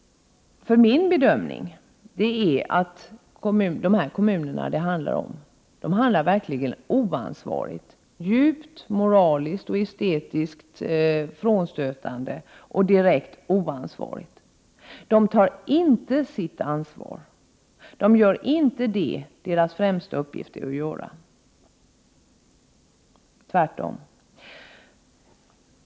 För min bedömning är att de kommuner det handlar om verkligen agerar oansvarigt, djupt omoraliskt och estetiskt frånstötande och direkt oansvarigt. De tar inte sitt ansvar. De gör inte det deras främsta uppgift är att göra — tvärtom.